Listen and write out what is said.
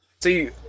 See